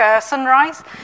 sunrise